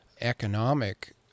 economic